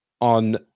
on